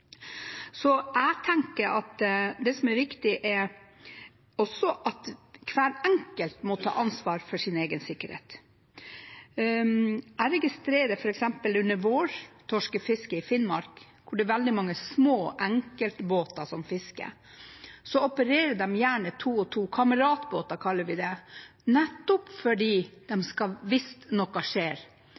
Jeg tenker også det er viktig at hver enkelt tar ansvar for egen sikkerhet. Jeg har f.eks. registrert at under vårtorskefisket i Finnmark, hvor det er veldig mange små enkeltbåter som fisker, opererer de gjerne to og to – kameratbåter, kaller vi det – nettopp fordi de skal ha noen til å hjelpe seg hvis noe skjer.